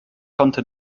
konnte